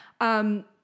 um-